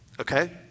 okay